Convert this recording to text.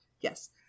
yes